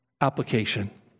Application